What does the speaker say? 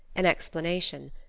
an explanation.